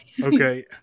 Okay